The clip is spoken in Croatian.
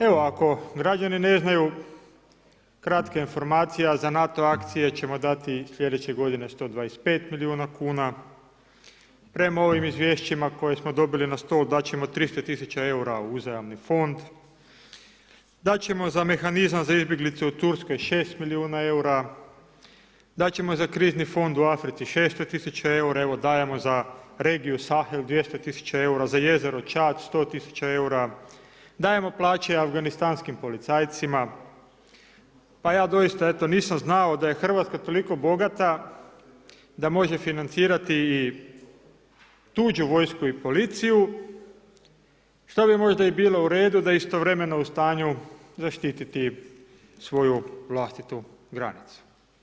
Evo, ako građani ne znaju, kratka informacija za NATO akcije ćemo dati slijedeće godine 125 milijuna kuna, prema ovim izvješćima koje smo dobili na stol, dat ćemo 300 000 eura u uzajamni fond, dat ćemo za mehanizam za izbjeglice u Turskoj 6 milijuna eura, dat ćemo za krizno fond u Africi 600 000 eura, evo dajemo za regiju Sahel 200 000, za jezero Čad 100 000 eura, dajemo plaće afganistanskim policajcima, pa ja doista eto nisam znao da je Hrvatska toliko bogat da može financirati i tuđu vojsku i policiju što bi možda i bilo u redu da istovremeno je u stanju zaštititi svoju vlastitu granicu.